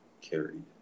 carried